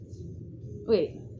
wait